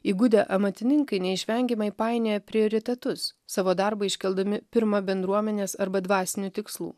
įgudę amatininkai neišvengiamai painioja prioritetus savo darbą iškeldami pirma bendruomenės arba dvasinių tikslų